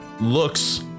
looks